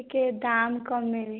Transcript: ଟିକେ ଦାମ୍ କମେଇବେ